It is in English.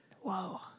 Whoa